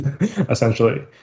essentially